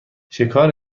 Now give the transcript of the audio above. شکار